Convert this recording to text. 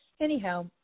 Anyhow